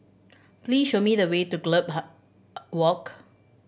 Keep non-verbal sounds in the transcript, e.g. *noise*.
please show me the way to Gallop *unintelligible* Walk